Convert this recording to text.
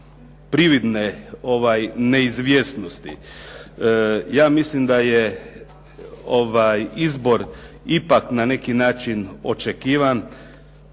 prividne neizvjesnosti. Ja mislim da je izbor ipak na neki način očekivan.